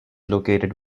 located